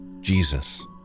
Jesus